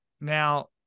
Now